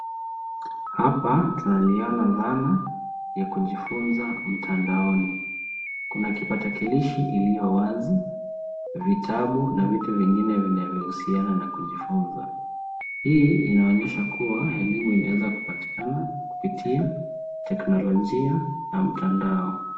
Hapa tunaliona dhana ya kujifunza mtandaoni. Kuna kipatakilishi iliyo wazi, vitabu na vitu vingine vinayohusiana na kujifunza. Hii inaonyesha kuwa elimu inaweza kupatikana kutumia teknolojia na mtandao.